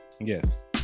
Yes